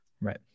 Right